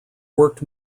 worked